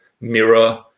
mirror